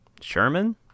Sherman